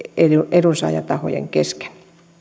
edunsaajatahojen kesken